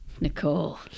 Nicole